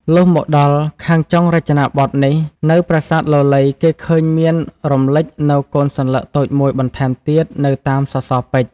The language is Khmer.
លុះមកដល់ខាងចុងរចនាបថនេះនៅប្រាសាទលលៃគេឃើញមានរំលេចនូវកូនសន្លឹកតូចមួយបន្ថែមទៀតនៅតាមសសរពេជ្រ។